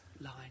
line